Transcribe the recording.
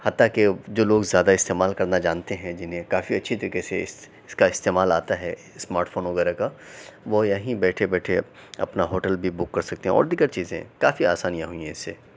حتیٰ کہ جو لوگ زیادہ استعمال کرنا جانتے ہیں جنھیں کافی اچھے طریقے سے اس کا استعمال آتا ہے اسمارٹ فون وغیرہ کا وہ یہیں بیٹھے بیٹھے اپنا ہوٹل بھی بک کر سکتے ہیں اور دیگر چیزیں کافی آسانیاں ہوئی ہیں اس سے